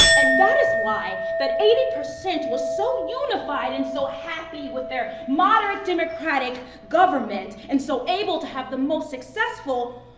and that is why, that eighty percent was so unified and so happy with their modern democratic government and so able to have the most successful,